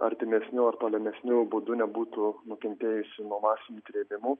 artimesniu ar tolimesniu būdu nebūtų nukentėjusi nuo masinių trėmimų